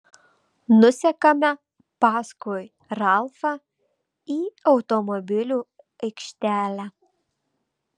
nusekame paskui ralfą į automobilių aikštelę